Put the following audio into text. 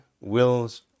wills